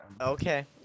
Okay